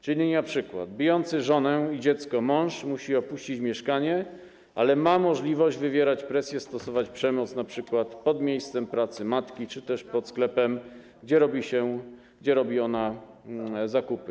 Czyli np. bijący żonę i dziecko mąż musi opuścić mieszkanie, ale ma możliwość wywierać presję, stosować przemoc, np. pod miejscem pracy matki czy też pod sklepem, gdzie robi ona zakupy.